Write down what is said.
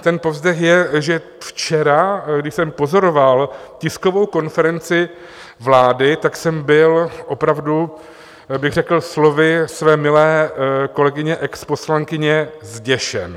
Ten povzdech je, že včera, když jsem pozoroval tiskovou konferenci vlády, tak jsem byl opravdu, bych řekl slovy své milé kolegyně exposlankyně, zděšen.